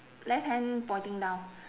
left hand pointing down